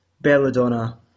Belladonna